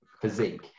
physique